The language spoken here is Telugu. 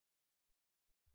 విద్యార్థి సార్